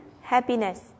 happiness